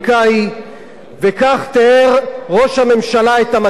וכך תיאר ראש הממשלה את המצב בישראל.